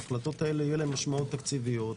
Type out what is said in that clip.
להחלטות האלה יהיו משמעויות תקציביות.